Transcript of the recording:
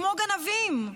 כמו גנבים.